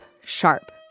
sharp